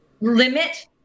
limit